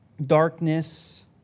darkness